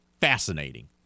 fascinating